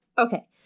Okay